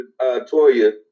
Toya